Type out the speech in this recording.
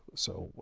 so,